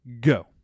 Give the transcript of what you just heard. go